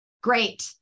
great